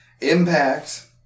Impact